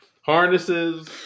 harnesses